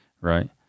right